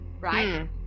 right